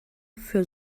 für